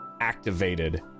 activated